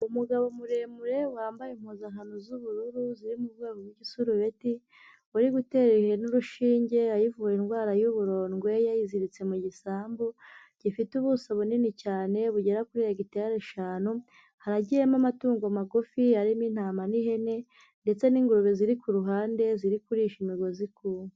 Umugabo muremure wambaye impuzankano z'ubururu ziri mu rwego rw'igisurureti, uri gutera ihene urushinge, ayivura indwara y'uburondwe yayiziritse mu gisambu, gifite ubuso bunini cyane bugera kuri hegitari eshanu, haragiyemo amatungo magufi arimo intama n'ihene ndetse n'ingurube ziri ku ruhande, ziri kurisha imigozi ku nka.